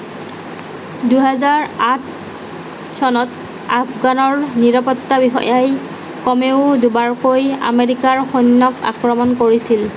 দুই হাজাৰ আঠ চনত আফগানৰ নিৰাপত্তা বিষয়াই কমেও দুবাৰকৈ আমেৰিকাৰ সৈন্যক আক্ৰমণ কৰিছিল